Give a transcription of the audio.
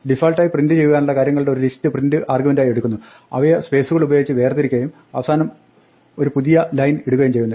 ഡിഫാൾട്ടായി print ചെയ്യുവാനുള്ള കാര്യങ്ങളുടെ ഒരു ലിസ്റ്റ് പ്രിന്റ് ആർഗ്യുമെന്റായി എടുക്കുന്നു അവയെ സ്പേസുകളുപയോഗിച്ച് വേർതിരിക്കുകയും അവസാനം ഒരു പുതിയ ലൈൻ ഇടുകയും ചെയ്യുന്നു